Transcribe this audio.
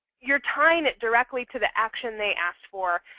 you're tying it directly to the action they asked for.